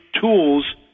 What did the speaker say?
tools